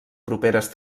properes